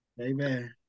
Amen